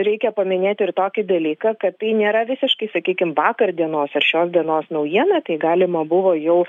reikia paminėti ir tokį dalyką kad tai nėra visiškai sakykim vakar dienos ar šios dienos naujiena tai galima buvo jaust